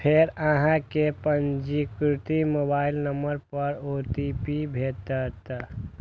फेर अहां कें पंजीकृत मोबाइल नंबर पर ओ.टी.पी भेटत